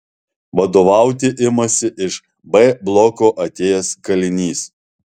vadovauti imasi iš b bloko atėjęs kalinys